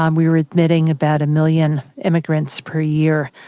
um we were admitting about a million immigrants per year.